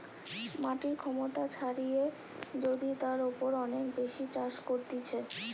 মাটির ক্ষমতা ছাড়িয়ে যদি তার উপর অনেক বেশি চাষ করতিছে